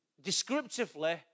descriptively